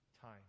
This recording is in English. time